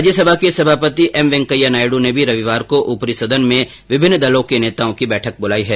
राज्यसभा के सभापति एम वेंकैया नायडू ने भी रविवार को ऊपरी सदन में विभिन्न दलों के नेताओं की बैठक बुलाई है